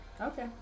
Okay